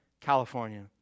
California